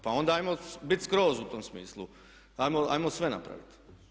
Pa onda ajmo biti skroz u tom smislu, ajmo sve napraviti.